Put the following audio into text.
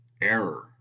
error